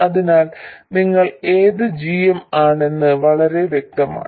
അതിനാൽ നിങ്ങൾ ഏത് gm ആണെന്നത് വളരെ വ്യക്തമാണ്